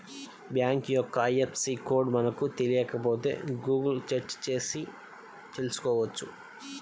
bank యొక్క IFSC code మనకు తెలియకపోతే గుగుల్ సెర్చ్ చేసి తెల్సుకోవచ్చు